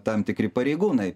tam tikri pareigūnai